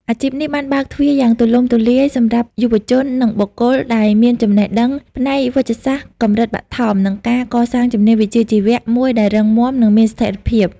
អាជីពនេះបានបើកទ្វារយ៉ាងទូលំទូលាយសម្រាប់យុវជន និងបុគ្គលដែលមានចំណេះដឹងផ្នែកវេជ្ជសាស្ត្រកម្រិតបឋម ក្នុងការកសាងជំនាញវិជ្ជាជីវៈមួយដែលរឹងមាំ និងមានស្ថិរភាព។